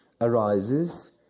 arises